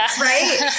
right